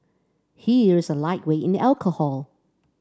he is a lightweight in alcohol